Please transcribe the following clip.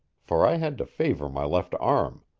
for i had to favor my left arm.